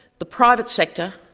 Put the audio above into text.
the private sector,